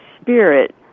spirit